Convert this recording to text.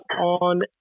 on